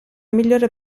migliore